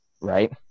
right